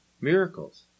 miracles